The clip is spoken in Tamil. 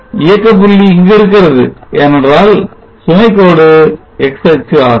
இயக்க புள்ளி இங்கு இருக்கிறது ஏனென்றால் சுமை கோடு x அச்சு ஆகும்